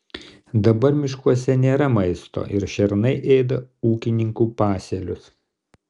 dabar miškuose nėra maisto ir šernai ėda ūkininkų pasėlius